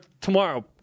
tomorrow